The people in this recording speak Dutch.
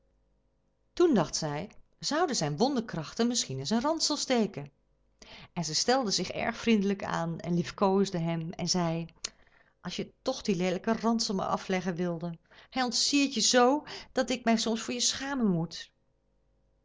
toen dacht zij zouden zijn wonderkrachten misschien in zijn ransel steken en zij stelde zich erg vriendelijk aan en liefkoosde hem en zei als je toch dien leelijken ransel maar afleggen wilde hij ontsiert je zoo dat ik mij soms voor je schamen moet